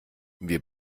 wir